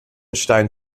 stein